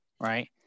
Right